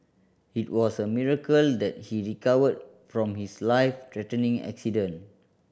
it was a miracle that he recovered from his life threatening accident